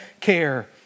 care